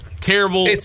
Terrible